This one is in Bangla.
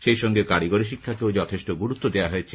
সেই সঙ্গে কারিগরি শিক্ষাকে যথেষ্ট গুরুত্ব দেওয়া হয়েছে